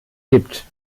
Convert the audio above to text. gibt